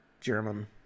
German